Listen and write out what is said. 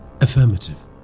Affirmative